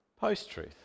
post-truth